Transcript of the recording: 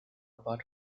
about